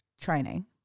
training